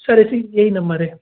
sir इसी यही number है